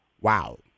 Wow